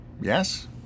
Yes